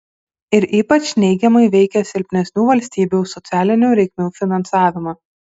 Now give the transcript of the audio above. ir ypač neigiamai veikia silpnesnių valstybių socialinių reikmių finansavimą